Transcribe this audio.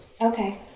Okay